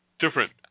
Different